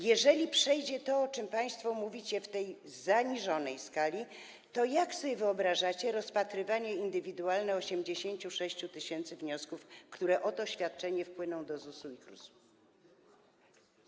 Jeżeli przejdzie to, o czym państwo mówicie, w tej zaniżonej skali, to jak sobie wyobrażacie rozpatrywanie indywidualne 86 tys. wniosków o to świadczenie, które wpłyną do ZUS-u i KRUS-u?